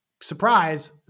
surprise